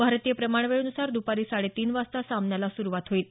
भारतीय प्रमाणवेळेनुसार द्पारी साडे तीन वाजता सामना सुरु होईल